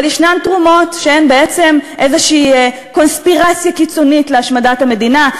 אבל יש תרומות שהן בעצם איזו קונספירציה קיצונית להשמדת המדינה,